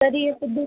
कधी यायचं